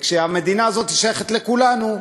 וכשהמדינה הזאת שייכת לכולנו,